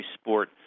sport